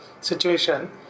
situation